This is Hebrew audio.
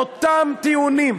אותם טיעונים,